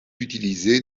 utilisé